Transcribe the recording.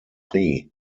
prix